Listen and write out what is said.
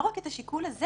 לא רק את השיקול הזה.